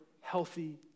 healthy